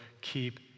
keep